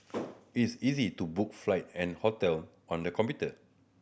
is easy to book flight and hotel on the computer